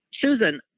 Susan